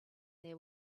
their